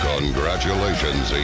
Congratulations